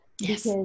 Yes